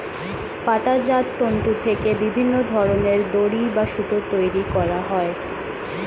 পাতাজাত তন্তু থেকে বিভিন্ন ধরনের দড়ি বা সুতো তৈরি করা হয়